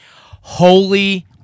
holy